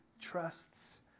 trusts